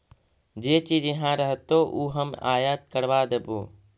जे चीज इहाँ रहतो ऊ हम आयात करबा देबो